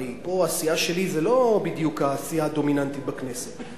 הרי הסיעה שלי פה זה לא בדיוק הסיעה הדומיננטית בכנסת,